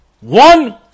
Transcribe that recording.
one